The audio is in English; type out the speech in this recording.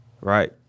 Right